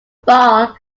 ball